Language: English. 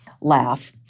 laugh